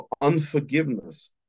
unforgiveness